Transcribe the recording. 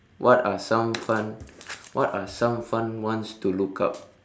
what are some fun what are some fun ones to look up